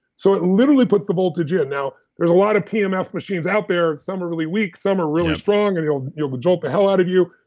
so it literally put the voltage in now, there's a lot of pemf machines out there. some are really weak, some are really strong, and they will you know but jolt the hell out of you.